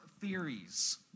theories